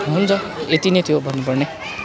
हुन्छ यति नै थियो भन्नुपर्ने